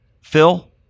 Phil